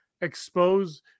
expose